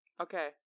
Okay